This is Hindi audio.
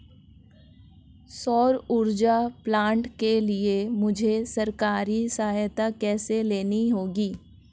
सौर ऊर्जा प्लांट के लिए मुझे सरकारी सहायता कैसे लेनी होगी?